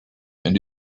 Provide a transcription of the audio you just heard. and